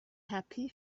happy